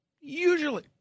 Usually